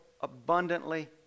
abundantly